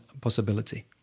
possibility